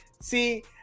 See